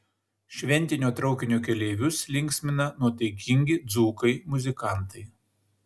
šventinio traukinio keleivius linksmina nuotaikingi dzūkai muzikantai